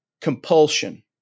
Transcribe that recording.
compulsion